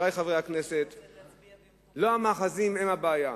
אני אומר לכם: לא המאחזים הם הבעיה.